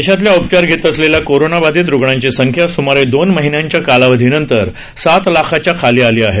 देशातल्या उपचार घेत असलेल्या कोरोनाबाधित रुग्णांची संख्या सुमारे दोन महिन्यांच्या कालावधीनंतर सात लाखाच्या खाली आली आहे